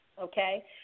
okay